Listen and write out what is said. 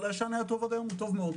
אבל הישן היה טוב עד היום, הוא טוב מאוד.